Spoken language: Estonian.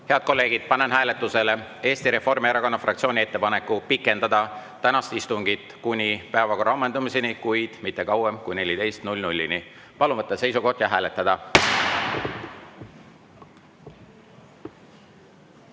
Head kolleegid, panen hääletusele Eesti Reformierakonna fraktsiooni ettepaneku pikendada tänast istungit kuni päevakorra ammendumiseni, kuid mitte kauem kui kella 14-ni. Palun võtta seisukoht ja hääletada!